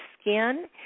skin